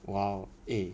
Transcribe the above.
!wow! eh